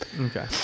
Okay